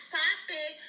topic